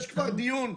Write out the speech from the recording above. יש דיון.